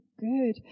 good